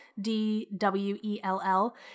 D-W-E-L-L